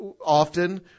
often